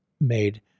made